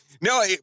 No